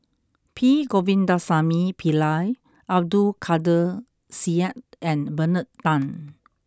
P Govindasamy Pillai Abdul Kadir Syed and Bernard Tan